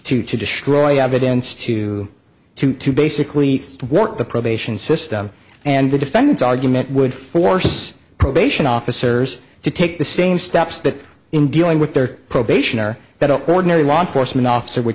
criminality to destroy evidence to to to basically thwart the probation system and the defendant's argument would force probation officers to take the same steps that in dealing with their probation or that an ordinary law enforcement officer w